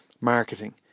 marketing